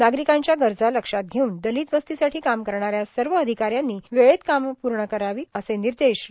नागरिकांच्या गरजा लक्षात घेऊन दलित वस्तीसाठी काम करणाऱ्या सर्व अधिकाऱ्यांनी वेळेत काम प्रर्ण करावं असे निर्देश श्री